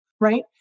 Right